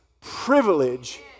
privilege